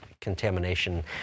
contamination